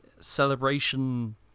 celebration